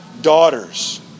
daughters